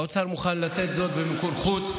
האוצר מוכן לתת זאת במיקור חוץ.